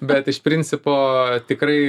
bet iš principo tikrai